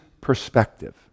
perspective